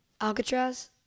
Alcatraz